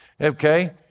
Okay